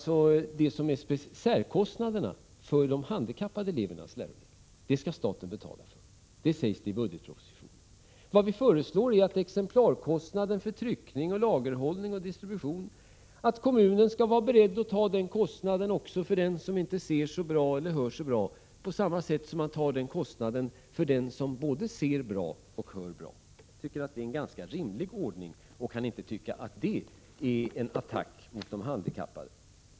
Särkostnaderna för de handikappades läromedel skall alltså staten betala för. Vad vi föreslår är att kommunen skall vara beredd att ta exemplarkostnaden för tryckning, lagerhållning och distribution också för dem som inte ser så bra eller hör så bra, på samma sätt som kommunen tar den kostnaden för elever som både ser bra och hör bra. Jag anser att det är en ganska rimlig ordning och kan inte tycka att det är en attack mot de handikappade.